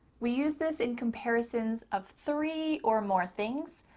we use this in comparisons of three or more things.